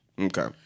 Okay